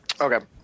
Okay